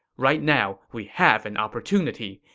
right now, we have an opportunity.